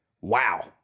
Wow